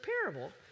parable